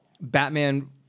Batman